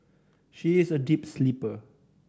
she is a deep sleeper